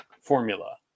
formula